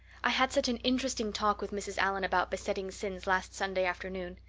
i had such an interesting talk with mrs. allan about besetting sins last sunday afternoon.